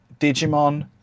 Digimon